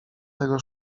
tego